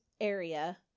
area